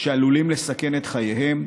שעלולים לסכן את חייהם,